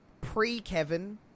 pre-Kevin